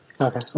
okay